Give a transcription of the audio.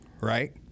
right